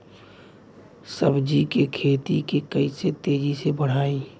सब्जी के खेती के कइसे तेजी से बढ़ाई?